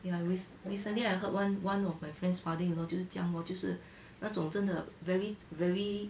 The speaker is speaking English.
ya recently I heard one one of my friend's father-in-law 就是这样 lor 就是那种真的 very very